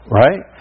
right